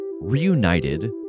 reunited